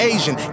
Asian